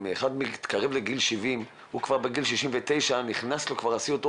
אם אחד מתקרב לגיל 70 כבר בגיל 69 נכנס לו הסיוט,